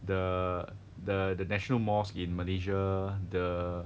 the the the national mosque in malaysia the